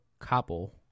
couple